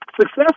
Success